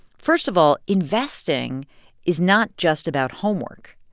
first of all, investing is not just about homework,